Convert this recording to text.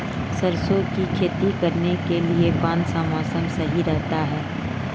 सरसों की खेती करने के लिए कौनसा मौसम सही रहता है?